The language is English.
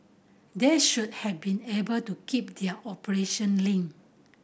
they should have been able to keep their operation lean